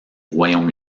royaume